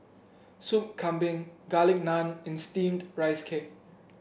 Sop Kambing Garlic Naan and steamed Rice Cake